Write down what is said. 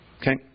Okay